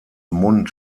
mund